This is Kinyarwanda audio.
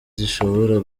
zishobora